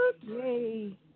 Yay